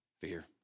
fear